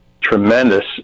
tremendous